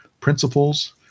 principles